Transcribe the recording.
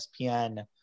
ESPN